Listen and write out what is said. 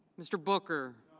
mr. booker.